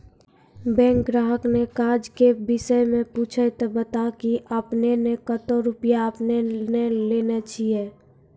Bank ग्राहक ने काज के विषय मे पुछे ते बता की आपने ने कतो रुपिया आपने ने लेने छिए?